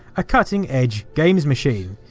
a cutting edge games machine.